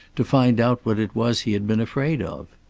to find out what it was he had been afraid of.